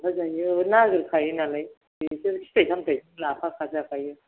दखानाव लाफाजायो नागेरखायो नालाय बिदि फिथाइ सामथाइखौबो लाफाखाजाखायो